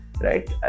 right